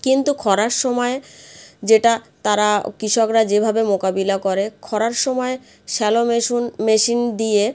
কিন্তু খরার সময়ে যেটা তারা কৃষকরা যেভাবে মোকাবিলা করে খরার সময় শ্যালো মেশিন মেশিন দিয়ে